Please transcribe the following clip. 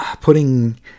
putting